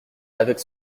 avec